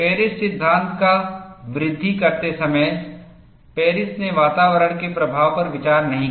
Paris सिद्धांत का वृद्धि करते समय पेरिस ने वातावरण के प्रभाव पर विचार नहीं किया